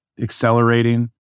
accelerating